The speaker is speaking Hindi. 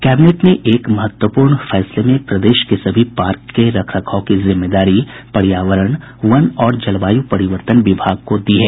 कैबिनेट ने एक महत्वपूर्ण फैसले में प्रदेश के सभी पार्क के रख रखाव की जिम्मेदारी पर्यावरण वन और जलवायु परिवर्तन विभाग को दी है